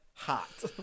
hot